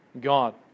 God